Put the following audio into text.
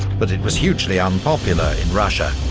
but it was hugely unpopular in russia,